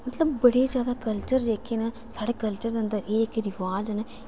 मतलब बड़े ज्यादा कल्चर जेह्के न साढ़े कल्चर दे अंदर एह् इक रवाज न